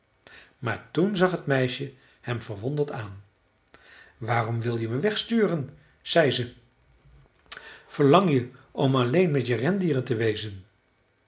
maar toen zag het meisje hem verwonderd aan waarom wil je me wegsturen zei ze verlang je om alleen met je rendieren te wezen